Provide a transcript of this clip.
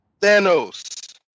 Thanos